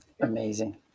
Amazing